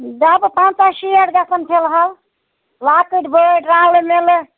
ڈبہٕ پنٛژاہ شیٹھ گژھن فِلحال لۄکٔٹ بٔڈۍ رَلہٕ مِلہٕ